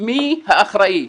מי האחראי,